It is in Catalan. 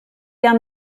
han